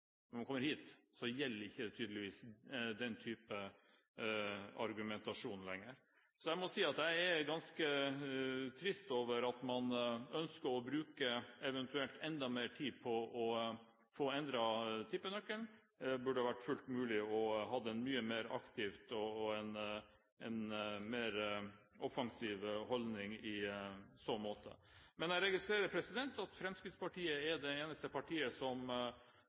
når man kommer hit, gjelder tydeligvis ikke den type argumentasjon lenger. Jeg må si jeg er ganske trist over at man ønsker å bruke eventuelt enda mer tid på å få endret tippenøkkelen. Det burde ha vært fullt mulig å ha en mye mer aktiv og offensiv holdning i så måte. Jeg registrerer at Fremskrittspartiet er det eneste partiet som